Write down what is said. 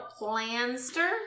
planster